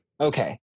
okay